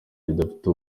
rudafite